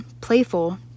playful